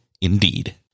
indeed